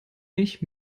mich